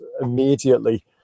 immediately